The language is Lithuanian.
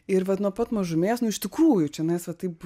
ir vat nuo pat mažumės nu iš tikrųjų čionais va taip